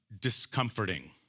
discomforting